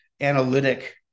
analytic